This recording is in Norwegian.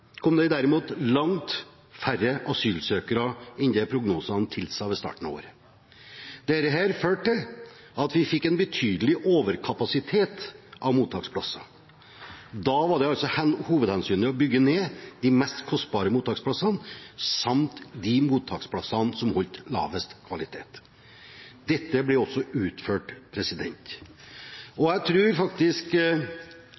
kom det derimot langt færre asylsøkere enn det prognosene tilsa ved starten av året. Det førte til at vi fikk en betydelig overkapasitet av mottaksplasser. Da var hovedhensynet å bygge ned de mest kostbare mottaksplassene, samt de mottaksplassene som holdt lavest kvalitet. Det ble også utført.